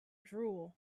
drool